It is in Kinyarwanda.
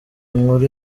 nkuru